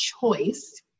choice